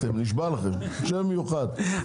נשבע לכם מחשב מיוחד באוצר,